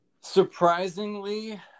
Surprisingly